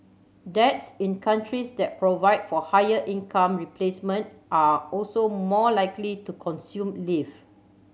dads in countries that provide for higher income replacement are also more likely to consume leave